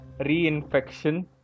reinfection